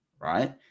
right